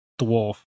dwarf